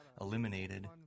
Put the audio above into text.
eliminated